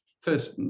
first